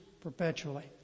perpetually